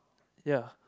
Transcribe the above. ya